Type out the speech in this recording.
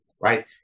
Right